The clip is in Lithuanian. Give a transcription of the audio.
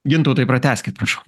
gintautai pratęskit prašau